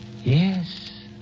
Yes